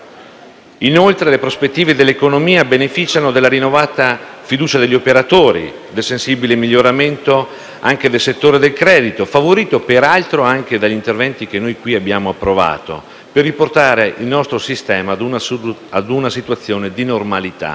Inoltre, le prospettive dell'economia beneficiano della rinnovata fiducia degli operatori e del sensibile miglioramento anche del settore del credito, favorito peraltro anche dagli interventi che noi qui abbiamo approvato per riportare il nostro sistema bancario verso una situazione di normalità.